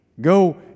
Go